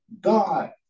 God